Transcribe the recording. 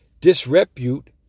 disrepute